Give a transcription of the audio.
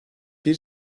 bir